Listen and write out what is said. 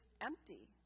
empty